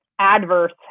adverse